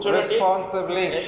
responsibly